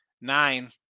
nine